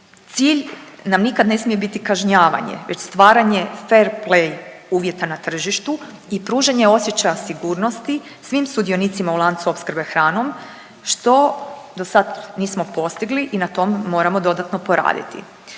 Cilj nam nikad ne smije biti kažnjavanje već stvaranje fair play uvjeta na tržištu i pružanje osjećaja sigurnosti svim sudionicima u lancu opskrbe hranom, što dosad nismo postigli i na tom moramo dodatno poraditi.